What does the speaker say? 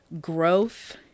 growth